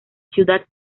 ciudad